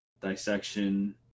dissection